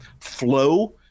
flow